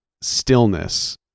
stillness